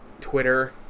Twitter